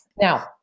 Now